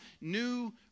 new